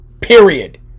Period